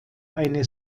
eine